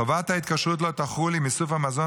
חובת ההתקשרות לא תחול אם איסוף המזון